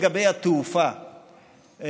לגבי התעופה,